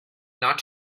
not